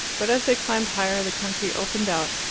but as they climbed higher the country opened out,